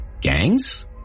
Gangs